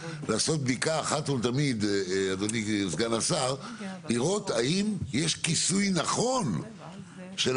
צריך לעשות בדיקה אחת ולתמיד לראות האם יש כיסוי נכון של